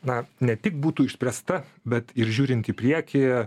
na ne tik būtų išspręsta bet ir žiūrint į priekį